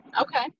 Okay